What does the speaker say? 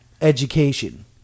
education